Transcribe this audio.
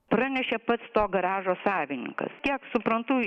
pranešė pats to garažo savininkas kiek suprantu